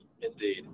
Indeed